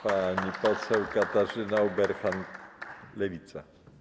Pani poseł Katarzyna Ueberhan, Lewica.